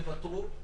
תוותרו,